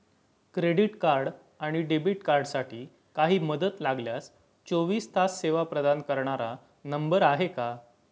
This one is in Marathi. क्रेडिट आणि डेबिट कार्डसाठी काही मदत लागल्यास चोवीस तास सेवा प्रदान करणारा नंबर आहे का?